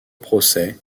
procès